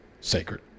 sacred